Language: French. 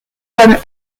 comme